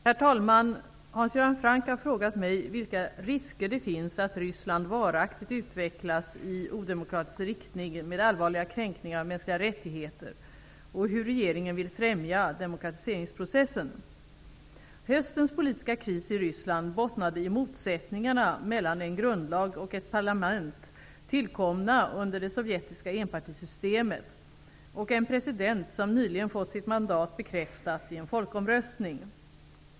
Herr talman! Hans Göran Franck har frågat mig vilka risker det finns att Ryssland varaktigt utvecklas i odemokratisk riktning med allvarliga kränkningar av mänskliga rättigheter och hur regeringen vill främja demokratiseringsprocessen. Höstens politiska kris i Ryssland bottnade i motsättningarna mellan en grundlag och ett parlament, tillkomna under det sovjetiska enpartisystemet, och en president som nyligen fått sitt mandat bekräftat i en folkomröstning.